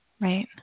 Right